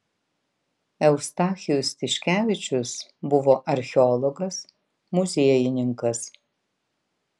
eustachijus tiškevičius buvo archeologas muziejininkas